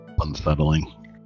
Unsettling